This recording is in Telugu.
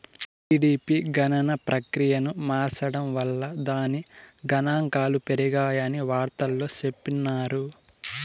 జీడిపి గణన ప్రక్రియను మార్సడం వల్ల దాని గనాంకాలు పెరిగాయని వార్తల్లో చెప్పిన్నారు